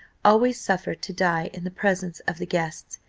always suffered to die in the presence of the guests,